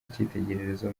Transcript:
icyitegererezo